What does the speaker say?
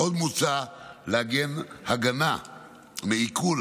עוד מוצע לעגן הגנה מעיקול